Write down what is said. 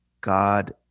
God